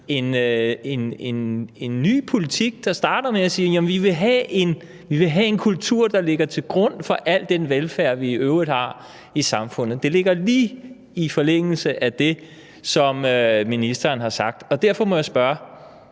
en ny politik, hvor vi starter med at sige, at vi vil have en kultur, der ligger til grund for al den velfærd, vi i øvrigt har i samfundet? Det ligger lige i forlængelse af det, som ministeren har sagt, og derfor må jeg spørge: